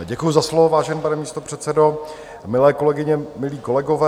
Děkuju za slovo, vážený pane místopředsedo, milé kolegyně, milí kolegové.